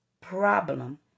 problem